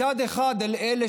מצד אחד, לאלה